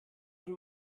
von